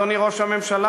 אדוני ראש הממשלה,